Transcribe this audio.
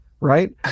Right